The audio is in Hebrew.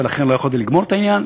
ולכן לא יכולתי לגמור את העניין.